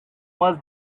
was